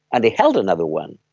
and they held another one.